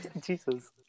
Jesus